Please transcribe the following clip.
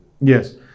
Yes